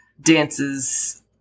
dances